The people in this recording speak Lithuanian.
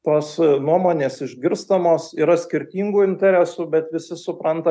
tos nuomonės išgirstamos yra skirtingų interesų bet visi supranta